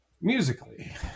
musically